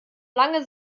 lange